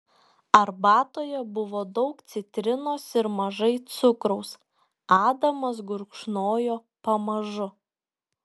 arbatoje buvo daug citrinos ir mažai cukraus adamas gurkšnojo pamažu